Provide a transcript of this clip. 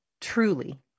truly